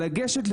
לגשת,